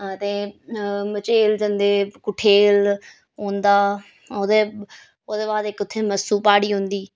ते मचेल जन्दे कुठेल औंदा ओह्दे ओह्दे बाद उत्थें इक मस्सु प्हाड़ी औंदी